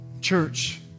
Church